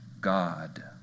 God